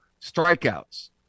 strikeouts